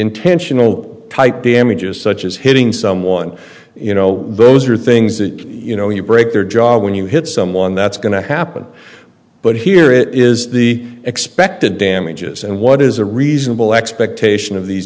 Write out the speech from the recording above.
intentional type damages such as hitting someone you know those are things that you know you break their job when you hit someone that's going to happen but here it is the expected damages and what is a reasonable expectation of these